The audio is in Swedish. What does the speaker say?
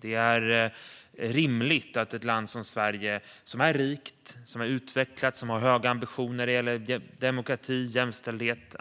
Det är rimligt att ett land som Sverige, som är rikt, utvecklat och som har höga ambitioner när det gäller demokrati, jämställdhet,